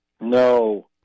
No